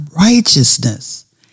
righteousness